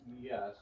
Yes